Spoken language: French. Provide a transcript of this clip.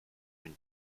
une